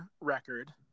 record